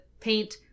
paint